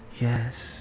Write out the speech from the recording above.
yes